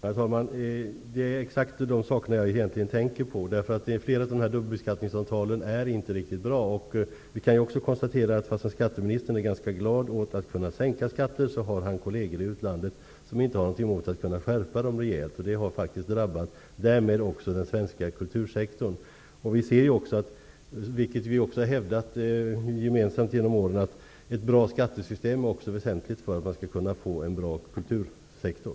Herr talman! Det är egentligen exakt dessa saker som jag tänker på. Flera av dubbelbeskattningsavtalen är inte riktigt bra. Vi kan också konstatera att skatteministern, fastän han är ganska glad åt att kunna sänka skatter, har kolleger i utlandet som inte har något emot att skärpa skatter rejält. Det har drabbat också den svenska kultursektorn. Vi kan även se -- vilket vi gemensamt har hävdat genom åren -- att ett bra skattesystem också är en väsentlig förutsättning för en bra kultursektor.